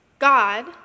God